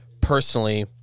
personally